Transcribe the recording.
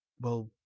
Well